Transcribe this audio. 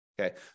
Okay